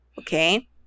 okay